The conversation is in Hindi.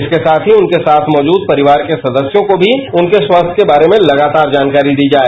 इसके साथ ही उनके साथ मौजूद परिवार के सदस्यों को भी उनके स्वास्थ्य के बारे में लगातार जानकारी दी जाए